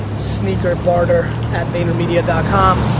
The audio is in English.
sneakerbarter vaynermedia and com,